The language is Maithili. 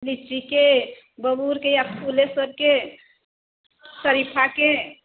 लीचीके बबूरके या फुलेश्वरके सरीफाके